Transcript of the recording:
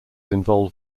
involve